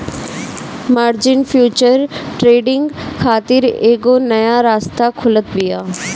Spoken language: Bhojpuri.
मार्जिन फ्यूचर ट्रेडिंग खातिर एगो नया रास्ता खोलत बिया